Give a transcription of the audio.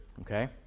okay